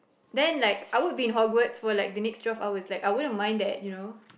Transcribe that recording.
then like I would be in Hogwarts for like the next twelve hours like I wouldn't have mind that you know